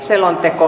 selonteko